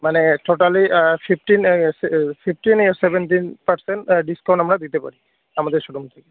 মানে totally fifteen fifteen এ seventeen percent discount আমরা দিতে পারি আমাদের শোরুম থেকে